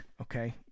okay